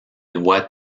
lois